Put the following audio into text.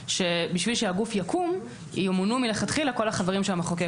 שבשביל שהגוף יקום ימונו מלכתחילה כל החברים שהמחוקק קבע.